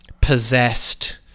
possessed